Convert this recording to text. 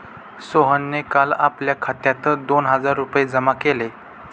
सोहनने काल आपल्या खात्यात दोन हजार रुपये जमा केले